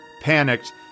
Panicked